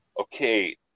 okay